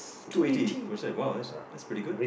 two eighty for a set !wow! that's that's pretty good